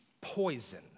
poison